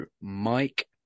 Mike